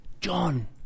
John